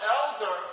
elder